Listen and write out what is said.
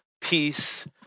peace